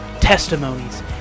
testimonies